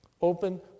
Open